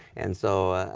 and so